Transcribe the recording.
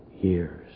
years